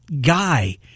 guy